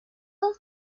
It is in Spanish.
dos